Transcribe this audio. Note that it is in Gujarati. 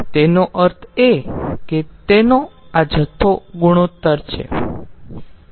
તેનો અર્થ એ કે તેનો આ જથ્થો ગુણોત્તર છે